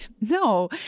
No